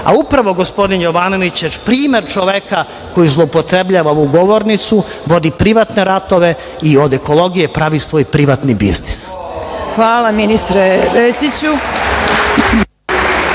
a upravo gospodin Jovanović je primer čoveka koji zloupotrebljava ovu govornicu, vodi privatne ratove i od ekologije pravi svoj privatni biznis. **Marina Raguš**